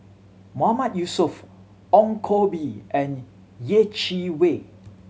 Mahmood Yusof Ong Koh Bee and Yeh Chi Wei